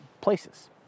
places